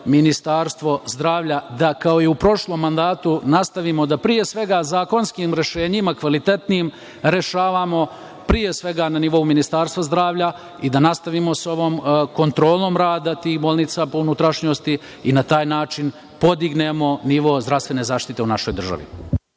Ministarstvo zdravlja da, kao i u prošlom mandatu, nastavimo da, pre svega, zakonskim rešenjima, kvalitetnim rešavamo, pre svega, na nivou Ministarstva zdravlja i da nastavimo sa ovom kontrolom rada tih bolnica po unutrašnjosti i na taj način podignemo nivo zdravstvene zaštite u našoj državi.